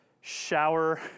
shower